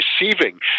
receiving